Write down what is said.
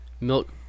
milk